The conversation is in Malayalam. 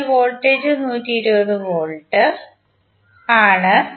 അതിനാൽ വോൾട്ടേജ് 120 വോൾട്ട് ആണ്